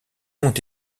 ont